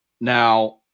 Now